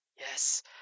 Yes